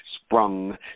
sprung